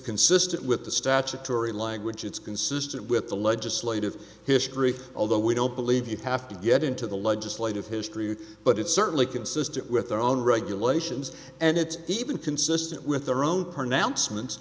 consistent with the statutory language it's consistent with the legislative history although we don't believe you have to get into the legislative history but it's certainly consistent with their own regulations and it's even consistent with their own p